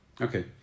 Okay